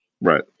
Right